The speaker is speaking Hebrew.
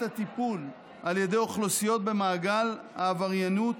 הטיפול על ידי אוכלוסיות במעגל העבריינות